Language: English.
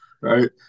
Right